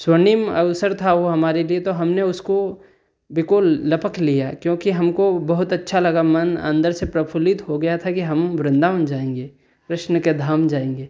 स्वर्णिम अवसर था वह हमारे लिए तो हमने उसको बिलकुल लपट लिया है क्योंकि हमको बहुत अच्छा लगा मन अन्दर से प्रफुल्लित हो गया था कि हम वृन्दावन जाएँगे कृष्ण के धाम जाएँगे